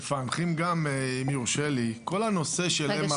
גם מפענחים, אם יורשה לי כל הנושא של MRI